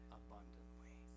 abundantly